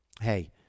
Hey